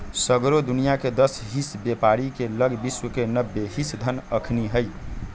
सगरो दुनियाँके दस हिस बेपारी के लग विश्व के नब्बे हिस धन अखनि हई